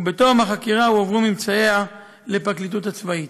ובתום החקירה הועברו ממצאיה לפרקליטות הצבאית.